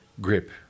grip